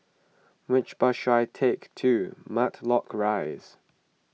which bus should I take to Matlock Rise